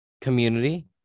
Community